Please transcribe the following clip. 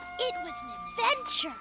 it was an adventure.